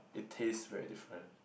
it tastes very different